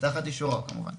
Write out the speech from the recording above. תחת אישורו כמובן,